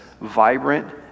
vibrant